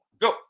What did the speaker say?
Go